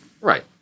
Right